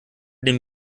den